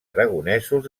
aragonesos